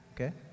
Okay